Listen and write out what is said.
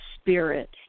spirit